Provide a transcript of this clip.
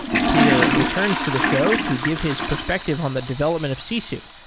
peter returns to the show to give his perspective on the development of sisu,